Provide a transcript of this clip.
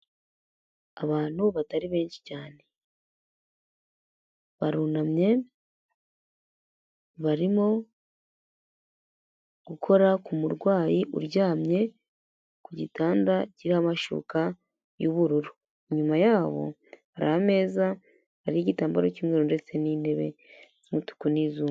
Abantu batari benshi cyane, barunamye barimo gukora k'umurwayi uryamye ku gitanda kiriho amashuka y'ubururu, inyuma yabo hari ameza hariho igitambaro cy'umweru ndetse n'intebe z'umutuku n'izu.